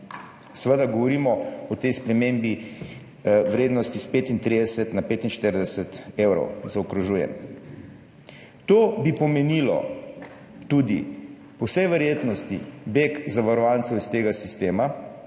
Seveda govorimo o tej spremembi v vrednosti s 35 na 45 evrov, zaokrožujem. To bi pomenilo po vsej verjetnosti tudi beg zavarovancev iz tega sistema,